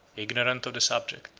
ignorant of the subject,